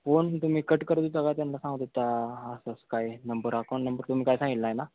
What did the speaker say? phone तुम्ही cut करत होता का त्यांना सांगत होता असं असं काय नंबर अकाऊंट नंबर तुम्ही काय सांगितला आहे ना